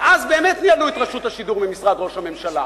ואז באמת ניהלו את רשות השידור ממשרד ראש הממשלה,